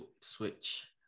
switch